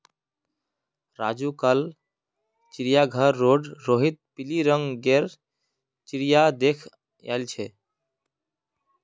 राजू कल चिड़ियाघर रोड रोहित पिली रंग गेर चिरया देख याईल छे